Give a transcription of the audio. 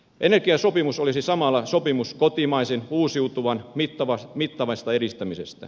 energiasopimus olisi samalla sopimus kotimaisen uusiutuvan mittavasta edistämisestä